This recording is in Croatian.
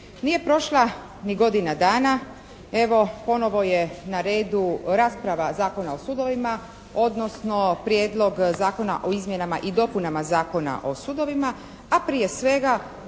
Nije prošla ni godina dana, evo ponovo je na redu rasprava Zakona o sudovima odnosno Prijedlog zakona o izmjenama i dopunama Zakona o sudovima a prije svega